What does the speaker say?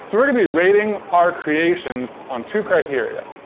so we're gonna be rating our creations on two criteria,